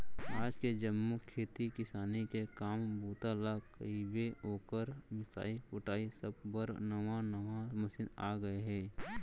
आज के जम्मो खेती किसानी के काम बूता ल कइबे, ओकर मिंसाई कुटई सब बर नावा नावा मसीन आ गए हे